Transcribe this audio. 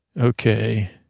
Okay